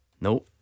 No